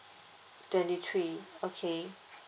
twenty three okay